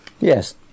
Yes